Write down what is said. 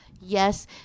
yes